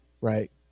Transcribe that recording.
right